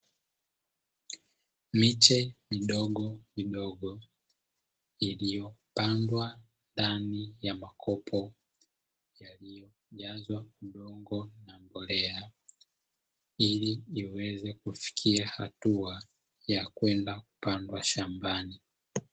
Miche midogomidogo iliyopandwa ndani ya makopo yaliyojazwa udongo na mbolea ili iweze kufikia hatua ya kwenda kupandwa shambani.